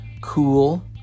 Cool